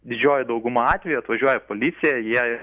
didžioji dauguma atvejų atvažiuoja policija jie